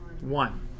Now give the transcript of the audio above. one